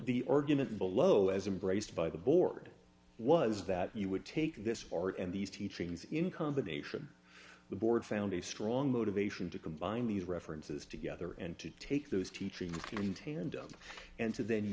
the argument below as embraced by the board was that you would take this art and these teachings in combination the board found a strong motivation to combine these references together and to take those teachings in tandem and to then